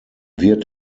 wird